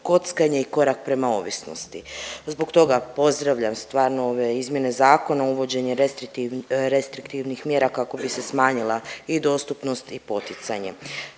kockanje i korak prema ovisnosti. Zbog toga pozdravljam stvarno ove izmjene zakona, uvođenje restriktivnih mjera kako bi se smanjila i dostupnost i poticanje.